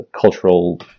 cultural